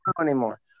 anymore